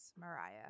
Mariah